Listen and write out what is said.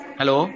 hello